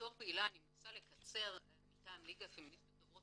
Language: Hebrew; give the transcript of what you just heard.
בתור פעילה מטעם ליגה לפמיניסטיות דוברות